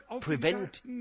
prevent